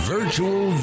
Virtual